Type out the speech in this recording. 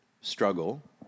struggle